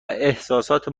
احساسات